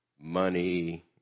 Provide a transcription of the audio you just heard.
money